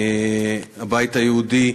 הבית היהודי,